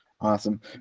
Awesome